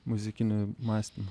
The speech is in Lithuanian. muzikinį mąstymą